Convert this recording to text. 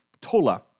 Tola